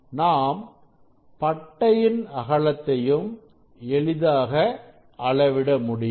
நாம் பட்டையின் அகலத்தையும் எளிதாக அளவிட முடியும்